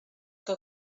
que